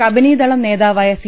കബനീദളം നേതാവായ സി